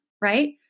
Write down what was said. right